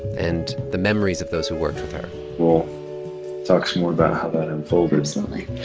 and the memories of those who worked with her we'll talk some more about how that unfolded absolutely.